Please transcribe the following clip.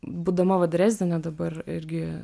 būdama va dresdene dabar irgi